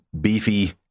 beefy